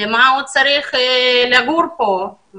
למה הם צריכים לעלות לארץ ולגור כאן?